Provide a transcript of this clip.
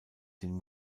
den